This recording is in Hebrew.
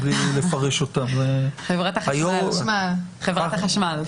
חברת החשמל,